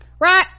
right